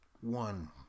One